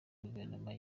guverinoma